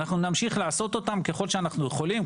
אנחנו נמשיך לעשות אותן ככל שאנחנו יכולים,